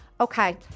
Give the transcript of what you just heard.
Okay